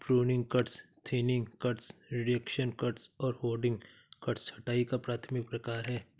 pruning cuts, thinning cuts, reduction cuts और heading cuts छंटाई का प्राथमिक प्रकार हैं